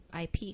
IP